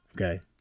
Okay